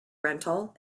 rental